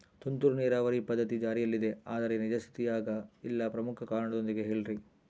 ತುಂತುರು ನೇರಾವರಿ ಪದ್ಧತಿ ಜಾರಿಯಲ್ಲಿದೆ ಆದರೆ ನಿಜ ಸ್ಥಿತಿಯಾಗ ಇಲ್ಲ ಪ್ರಮುಖ ಕಾರಣದೊಂದಿಗೆ ಹೇಳ್ರಿ?